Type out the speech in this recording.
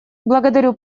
благодарю